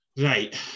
Right